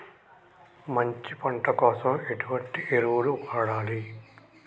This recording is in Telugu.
మంచి పంట కోసం ఎటువంటి ఎరువులు వాడాలి?